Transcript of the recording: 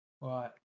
Right